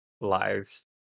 lives